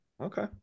Okay